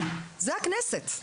זה הכנסת.